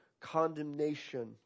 condemnation